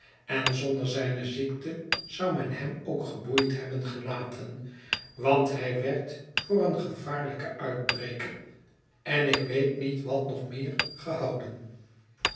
en zonder zijne ziekte zou men hem ook geboeid hebben gelaten want hij werd voor een gevaarnjken uitbreker en ik weet niet wat nog meer gehouden